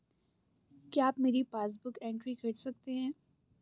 क्या आप मेरी पासबुक बुक एंट्री कर सकते हैं?